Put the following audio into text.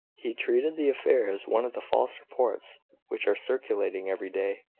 he treated the affair as one of the false reports which are circulating every day,